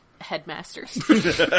headmasters